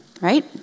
right